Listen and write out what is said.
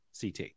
CT